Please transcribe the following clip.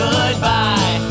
Goodbye